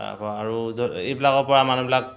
তাৰপৰা আৰু য'ত এইবিলাকৰ পৰা মানুহবিলাক